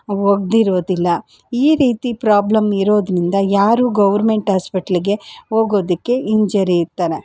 ಒಗೆದಿರೋದಿಲ್ಲ ಈ ರೀತಿ ಪ್ರಾಬ್ಲಮ್ ಇರೋದರಿಂದ ಯಾರು ಗೌರ್ಮೆಂಟ್ ಹಾಸ್ಪೆಟ್ಲಿಗೆ ಹೋಗೋದಕ್ಕೆ ಹಿಂಜರಿತಾರೆ